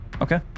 Okay